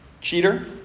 Cheater